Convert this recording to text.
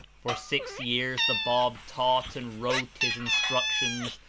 for six years the bab taught and wrote his instruc tions,